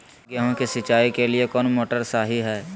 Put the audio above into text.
गेंहू के सिंचाई के लिए कौन मोटर शाही हाय?